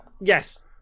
Yes